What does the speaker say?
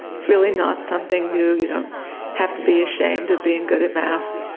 it's really not something new, you don't have to be ashamed of being good at math.